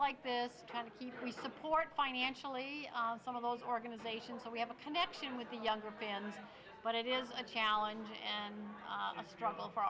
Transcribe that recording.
like this kind of keep we support financially some of those organizations so we have a connection with the younger fans but it is a challenge and a struggle for